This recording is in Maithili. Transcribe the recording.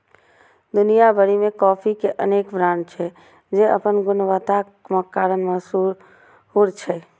दुनिया भरि मे कॉफी के अनेक ब्रांड छै, जे अपन गुणवत्ताक कारण मशहूर छै